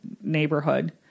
neighborhood